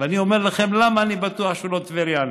ואני אומר לכם למה אני בטוח שהוא לא טברייני: